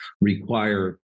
require